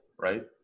right